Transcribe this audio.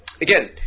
Again